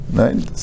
right